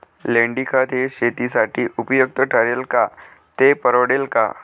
लेंडीखत हे शेतीसाठी उपयुक्त ठरेल का, ते परवडेल का?